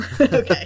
Okay